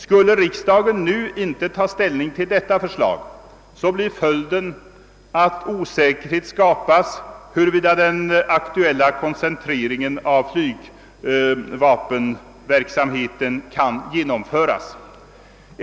Skulle riksdagen inte nu ta ställning till detta förslag blir följden att osäkerhet skapas huruvida den aktuella koncentreringen av flygvapenverksamheten kan genomföras.